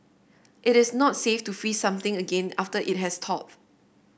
it is not safe to freeze something again after it has thawed